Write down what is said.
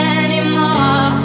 anymore